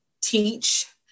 teach